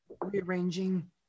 rearranging